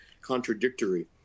contradictory